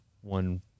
one